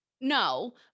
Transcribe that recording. No